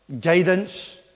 Guidance